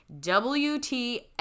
WTF